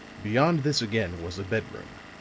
beyond this again was a bedroom.